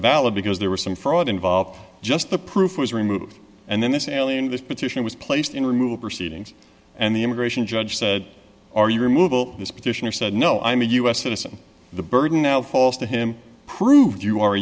valid because there was some fraud involved just the proof was removed and then this alien this petition was placed in removal proceedings and the immigration judge said are you removal this petition or said no i'm a us citizen the burden now falls to him proved you